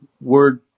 word